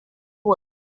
work